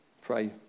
pray